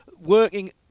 working